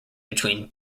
between